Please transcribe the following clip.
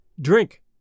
drink